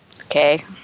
okay